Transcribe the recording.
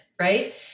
right